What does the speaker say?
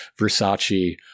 versace